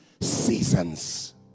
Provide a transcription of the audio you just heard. seasons